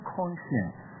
conscience